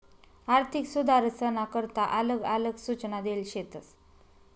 आर्थिक सुधारसना करता आलग आलग सूचना देल शेतस